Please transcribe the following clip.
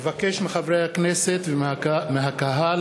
אבקש מחברי הכנסת ומהקהל